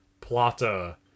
Plata